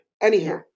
Anyhow